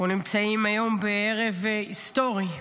אנחנו נמצאים היום בערב היסטורי,